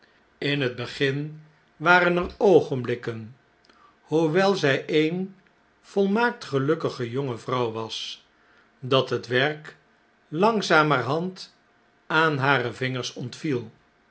in het begin waren er oogenblikken hoewel zy eene volmaakt gelukkige jonge vrouw was dat het werk langzamerhand aan hare vingers ontviel